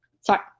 Sorry